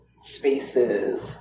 spaces